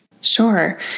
Sure